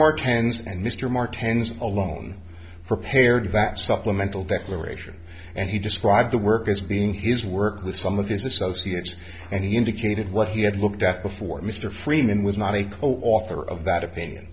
mark hands and mr martins alone prepared that supplemental declaration and he described the work as being his work with some of his associates and he indicated what he had looked at before mr freeman was not a co author of that opinion